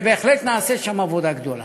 ובהחלט נעשית שם עבודה גדולה.